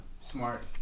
smart